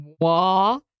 Wah